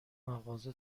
مغازه